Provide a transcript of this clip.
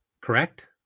Correct